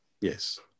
Yes